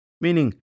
Meaning